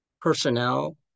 personnel